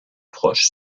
proche